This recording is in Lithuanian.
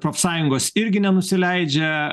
profsąjungos irgi nenusileidžia